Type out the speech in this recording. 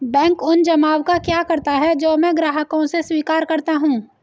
Bank उन जमाव का क्या करता है जो मैं ग्राहकों से स्वीकार करता हूँ?